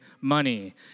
money